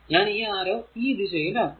ഞാൻ ഈ ആരോ ഈ ദിശയിൽ ആക്കുന്നു